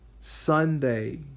Sunday